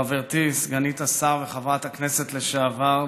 חברתי סגנית השר וחברת הכנסת לשעבר,